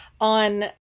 on